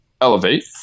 elevate